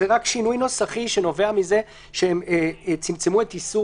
זה רק שינוי נוסחי שנובע מזה שהם צמצמו את איסור